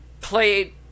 played